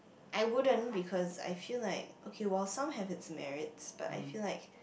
I wouldn't because I feel like okay while some have it's merits but I feel like